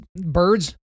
birds